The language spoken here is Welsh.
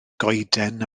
goeden